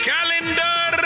Calendar